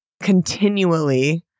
continually